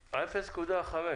ה-0.5%,